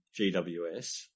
GWS